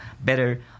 better